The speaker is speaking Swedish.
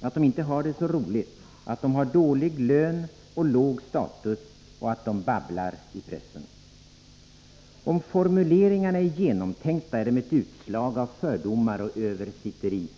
att de inte har det så roligt, att de har dålig lön och låg status och att de babblar i pressen? Om formuleringarna är genomtänkta, är de ett utslag av fördomar och översitteri.